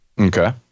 okay